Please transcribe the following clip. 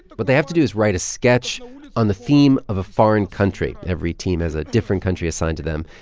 but they have to do is write a sketch on the theme of a foreign country. every team has a different country assigned to them.